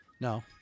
No